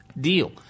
deal